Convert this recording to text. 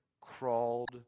crawled